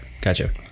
gotcha